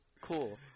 Cool